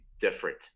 different